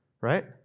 Right